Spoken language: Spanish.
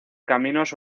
caminos